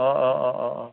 অঁ অঁ অঁ অঁ